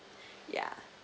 ya